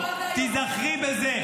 תיזכרי בזה.